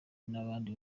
n’abandi